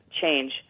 change